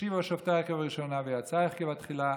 "ואשיבה שֹׁפְטַיִךְ כבראשֹׁנה וְיֹעֲצַיִךְ כבתחִלה,